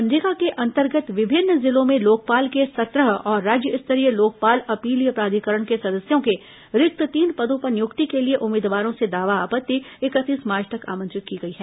मनरेगा के अंतर्गत विभिन्न जिलों में लोकपाल के सत्रह और राज्य स्तरीय लोकपाल अपीलीय प्राधिकरण के सदस्यों के रिक्त तीन पदों पर नियुक्ति के लिए उम्मीदवारों से दावा आपत्ति इकतीस मार्च तक आमंत्रित की गई है